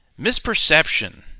misperception